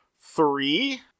three